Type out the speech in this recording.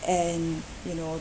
and you know